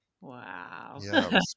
Wow